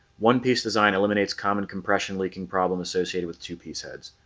one-piece design eliminates common compression leaking problem associated with two-piece heads.